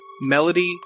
Melody